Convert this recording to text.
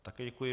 Také děkuji.